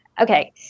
okay